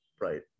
right